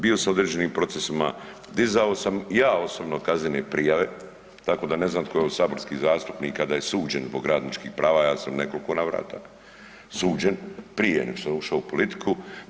Bio sam u određenim procesima, dizao sam ja osobno kaznene prijave, tako da ne znam tko je od saborskih zastupnika da je suđen zbog radničkih prava, ja sam u nekoliko navrata suđen prije nego što sam ušao u politiku.